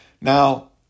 Now